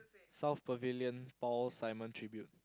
South Pavilion Paul-Simon Tribute